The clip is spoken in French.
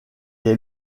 est